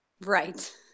Right